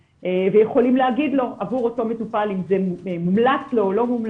ויכולים להגיד לו האם זה מומלץ לו או לא.